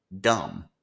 dumb